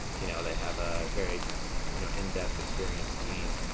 you know they have a very you know in depth experienced team.